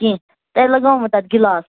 کیٚنٛہہ تۅہہِ لگاوو وۅں تَتھ گِلاس